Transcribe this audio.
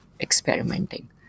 experimenting